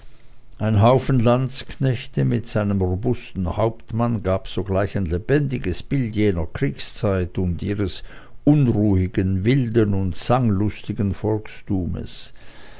ein haufen landsknechte mit seinem robusten hauptmann gab sogleich ein lebendiges bild jener kriegszeit und ihres unruhigen wilden und sanglustigen volkstumes